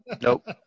Nope